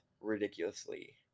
ridiculously